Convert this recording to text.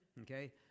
okay